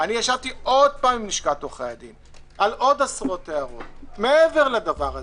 ישבתי שוב עם לשכת עורכי הדין על עוד עשרות הערות מעבר לדבר הזה,